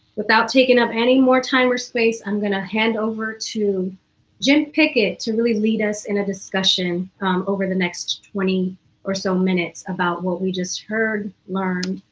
without taking up anymore time or space, i'm gonna hand over to jim pickett to really lead us in a discussion over the next twenty or so minutes about what we just heard, learned,